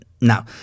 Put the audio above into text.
Now